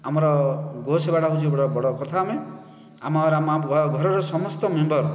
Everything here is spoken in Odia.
ଆମର ଗୋ'ସେବାଟା ହେଉଛି ବଡ଼ କଥା ଆମେ ଆମର ଘରର ସମସ୍ତ ମେମ୍ବର